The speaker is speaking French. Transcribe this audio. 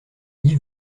yves